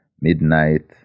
Midnight